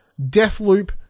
Deathloop